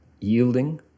yielding